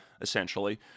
essentially